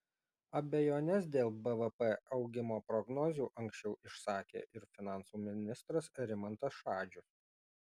abejones dėl bvp augimo prognozių anksčiau išsakė ir finansų ministras rimantas šadžius